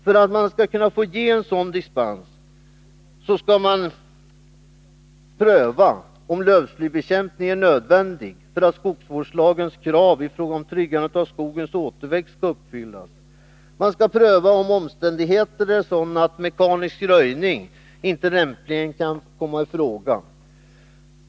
För att sådan dispens skall kunna lämnas bör gälla dels att lövslybekämpning är nödvändig för att skogsvårdslagens krav om tryggande av skogens återväxt skall uppfyllas, dels att omständigheterna är sådana att mekanisk röjning inte lämpligen kan komma i fråga.